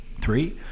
Three